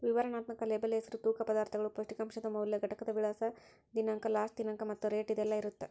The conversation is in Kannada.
ವಿವರಣಾತ್ಮಕ ಲೇಬಲ್ ಹೆಸರು ತೂಕ ಪದಾರ್ಥಗಳು ಪೌಷ್ಟಿಕಾಂಶದ ಮೌಲ್ಯ ಘಟಕದ ವಿಳಾಸ ದಿನಾಂಕ ಲಾಸ್ಟ ದಿನಾಂಕ ಮತ್ತ ರೇಟ್ ಇದೆಲ್ಲಾ ಇರತ್ತ